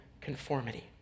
conformity